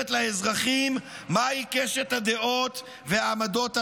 לאזרחים מהי קשת הדעות והעמדות הראויות.